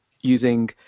using